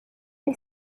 gli